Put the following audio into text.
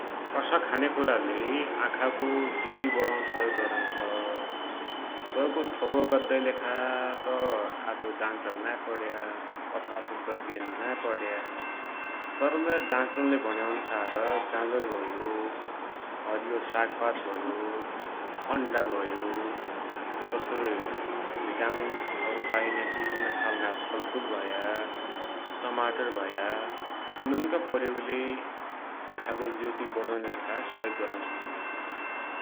कसा खान्याकुरा‌ले आखाको ज्योती वडुन सहयोग गरुन्छ, तैको ठोकुवा गद्दाकी लेखा त आफु डाक्टर नाई पड़‌या। अथवा आफु वैज्ञानिक नाइ पड़या, तर लै डाक्टरले भुण्या अन्सार गाजर भयो, हरियो सागपात भयो, अण्डा भयो, तसोई भिटामिन पाइन्या विभिन्न खालका फलफूल भया, टमाटर भया, तिनुनका प्रयोगले आखाको ज्योती बडुनाकि सहयोग गरुन्छ भुग्णान।